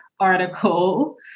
article